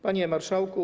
Panie Marszałku!